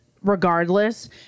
regardless